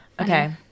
Okay